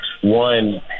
One